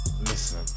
Listen